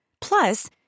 Plus